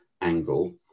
angle